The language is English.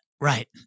Right